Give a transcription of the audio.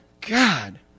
God